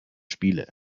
spiele